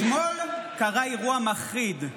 אתמול קרה אירוע מחריד: